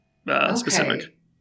Specific